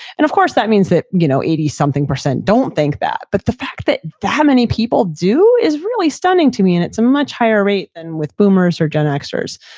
and, of course, that means that you know eighty something percent don't think that. but the fact that that many people do is really stunning to me and it's a much higher rate than with boomers or gen xers.